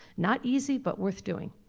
not easy, but worth doing.